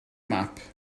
map